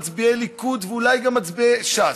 מצביעי הליכוד ואולי גם מצביעי ש"ס,